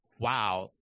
Wow